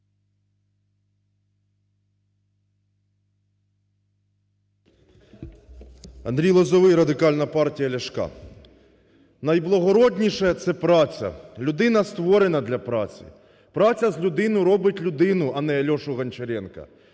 Андрій Лозовий, Радикальна партія Ляшка. Найблагородніше – це праця. Людина створена для праці. Праця з людини робить людину, а не Альошу Гончаренка.